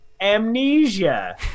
amnesia